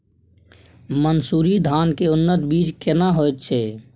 मन्सूरी धान के उन्नत बीज केना होयत छै?